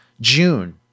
June